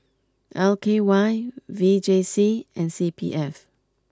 L K Y V J C and C P F